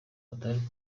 batari